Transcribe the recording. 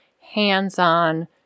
hands-on